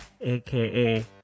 aka